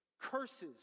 curses